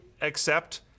accept